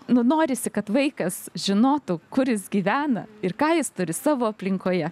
nu norisi kad vaikas žinotų kur jis gyvena ir ką jis turi savo aplinkoje